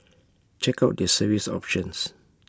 check out their service options